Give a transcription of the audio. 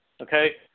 okay